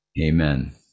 Amen